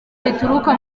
rituruka